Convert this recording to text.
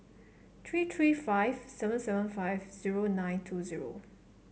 three three five seven seven five zero nine two zero